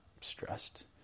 stressed